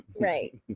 Right